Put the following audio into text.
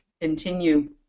continue